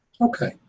okay